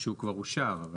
שהוא כבר אושר.